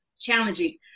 challenging